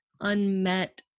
unmet